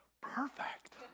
perfect